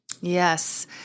Yes